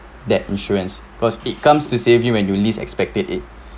that insurance cause it comes to save you when you least expected it